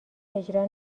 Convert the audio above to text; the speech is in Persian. اجرا